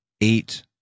Eight